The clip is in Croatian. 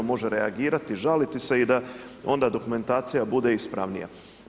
Može reagirati, žaliti se i da onda dokumentacija bude ispravnija.